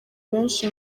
benshi